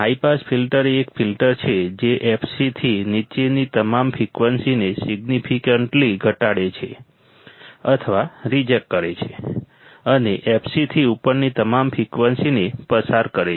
high pass filter એ એક filter છે જે fc થી નીચેની તમામ ફ્રિકવન્સીને સિગ્નિફિકન્ટલી ઘટાડે છે અથવા રિજેક્ટ કરે છે અને fc થી ઉપરની તમામ ફ્રિકવન્સીને પસાર કરે છે